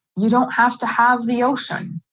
you don't have to have the ocean.